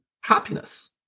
happiness